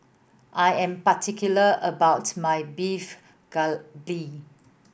I am particular about my Beef Galbi